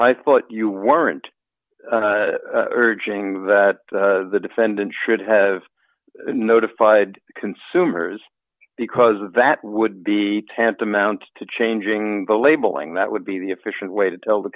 i thought you weren't urging that the defendant should have notified consumers because that would be tantamount to changing the labeling that would be the efficient way to tell the